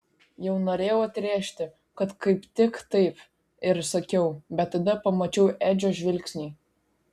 jau norėjau atrėžti kad kaip tik taip ir sakiau bet tada pamačiau edžio žvilgsnį